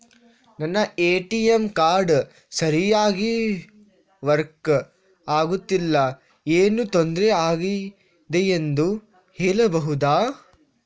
ನನ್ನ ATM card ಸರಿಯಾಗಿ work ಆಗುತ್ತಿಲ್ಲ, ಏನು ತೊಂದ್ರೆ ಆಗಿದೆಯೆಂದು ಹೇಳ್ಬಹುದಾ?